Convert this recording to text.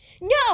No